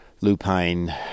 lupine